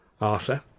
Arthur